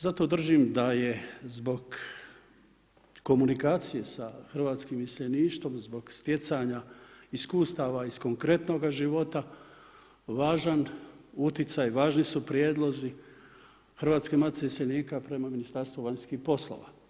Zato držim da je zbog komunikacije sa hrvatskim iseljeništvom zbog stjecanja iskustava iz konkretnoga života važan utjecaj, važni su prijedlozi Hrvatske matice iseljenika prema Ministarstvu vanjskih poslova.